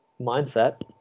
mindset